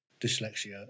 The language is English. dyslexia